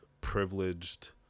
privileged